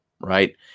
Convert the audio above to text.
Right